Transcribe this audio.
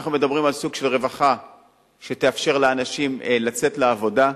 אנחנו מדברים על סוג של רווחה שתאפשר לאנשים לצאת לעבודה.